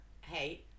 Hey